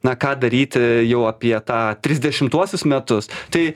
na ką daryti jau apie tą trisdešimtuosius metus tai